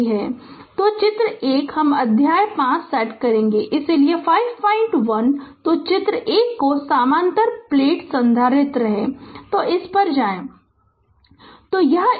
तो आकृति 1 हम अध्याय 5 सेट करेंगे इसलिए 51 तो चित्र 1 तो एक समानांतर प्लेट संधारित्र है तो इस पर जाएं